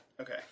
okay